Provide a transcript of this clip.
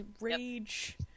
rage